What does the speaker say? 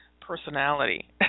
personality